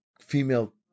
female